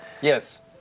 Yes